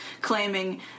claiming